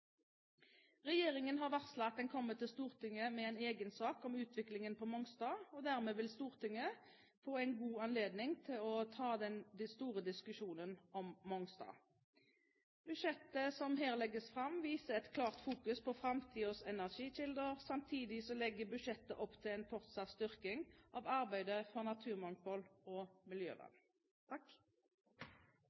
Regjeringen har varslet at den kommer til Stortinget med en egen sak om utviklingen på Mongstad, og dermed vil Stortinget få en god anledning til å ta den store diskusjonen om Mongstad. Budsjettet som her legges fram, viser et klart fokus på framtidens energikilder. Samtidig legger budsjettet opp til en fortsatt styrking av arbeidet for naturmangfold og miljøvern.